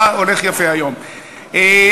אה,